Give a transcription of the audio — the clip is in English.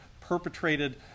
perpetrated